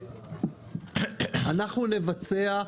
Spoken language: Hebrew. נבצע.